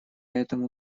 этому